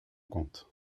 compte